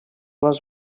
les